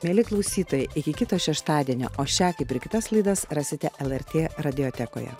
mieli klausytojai iki kito šeštadienio o šią kaip ir kitas laidas rasite lrt radiotekoje